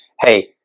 hey